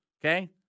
okay